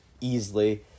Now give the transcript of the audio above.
easily